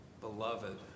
beloved